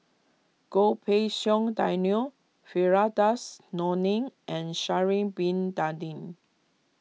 Goh Pei Siong Daniel Firdaus Nordin and Sha'ari Bin Tadin